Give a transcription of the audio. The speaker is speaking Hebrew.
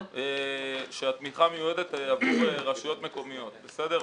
שהתמיכה מיועדת עבור רשויות מקומיות, בסדר?